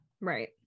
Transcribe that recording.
Right